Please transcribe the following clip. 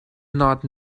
not